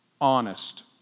honest